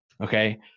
Okay